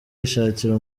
yishakira